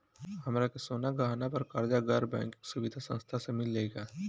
हमरा के सोना गहना पर कर्जा गैर बैंकिंग सुविधा संस्था से मिल जाई का?